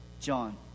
John